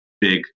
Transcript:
big